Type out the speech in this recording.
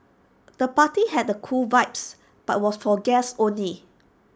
the party had A cool vibes but was for guests only